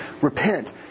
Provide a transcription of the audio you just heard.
repent